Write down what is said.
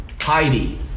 Heidi